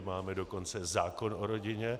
Máme dokonce zákon o rodině.